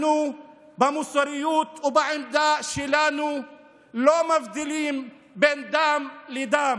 אנחנו במוסריות ובעמדה שלנו לא מבדילים בין דם לדם.